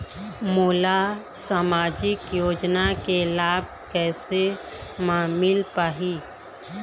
मोला सामाजिक योजना के लाभ कैसे म मिल पाही?